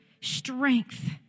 Strength